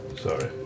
Sorry